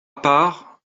part